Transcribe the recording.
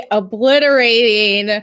obliterating